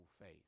faith